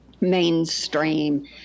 mainstream